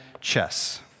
chess